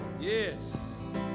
yes